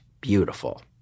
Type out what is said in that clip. BEAUTIFUL